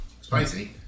Spicy